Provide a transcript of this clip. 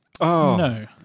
No